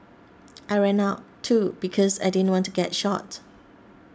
I ran out too because I didn't want to get shot